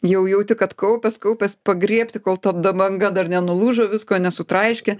jau jauti kad kaupias kaupias pagriebti kol tada banga dar nenulūžo visko nesutraiškė